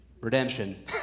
Redemption